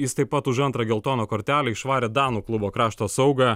jis taip pat už antrą geltoną kortelę išvarė danų klubo krašto saugą